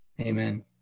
amen